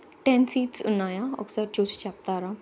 ten seats ఉన్నాయా ఒక్కసారి చూసి చెప్తారా